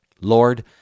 Lord